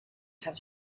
have